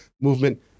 movement